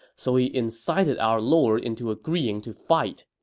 so he incited our lord into agreeing to fight,